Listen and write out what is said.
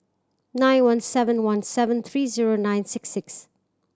nine one seven one seven three zero nine six six